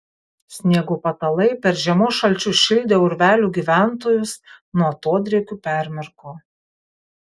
sniego patalai per žiemos šalčius šildę urvelių gyventojus nuo atodrėkių permirko